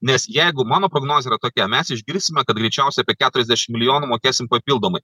nes jeigu mano prognozė yra tokia mes išgirsime kad greičiausiai apie keturiasdešim milijonų mokėsim papildomai